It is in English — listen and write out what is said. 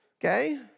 Okay